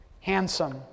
handsome